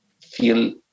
feel